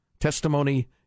testimony